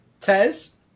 Tez